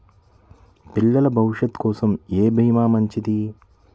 పిల్లల భవిష్యత్ కోసం ఏ భీమా మంచిది?